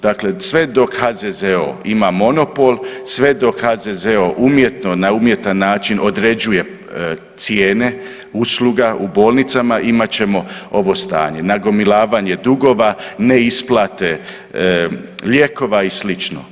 Dakle, sve dok HZZO ima monopol, sve dok HZZO umjetno, na umjetan način određuje cijene usluga u bolnicama, imat ćemo ovo stanje nagomilavanje dugova, neisplate lijekova li sl.